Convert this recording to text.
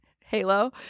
halo